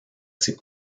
ses